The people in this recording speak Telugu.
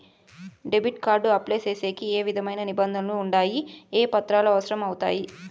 డెబిట్ కార్డు అప్లై సేసేకి ఏ విధమైన నిబంధనలు ఉండాయి? ఏ పత్రాలు అవసరం అవుతాయి?